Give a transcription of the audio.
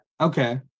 okay